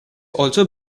also